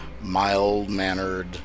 mild-mannered